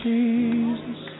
Jesus